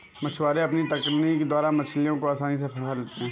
मछुआरे अपनी तकनीक द्वारा मछलियों को आसानी से फंसा लेते हैं